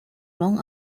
long